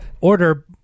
order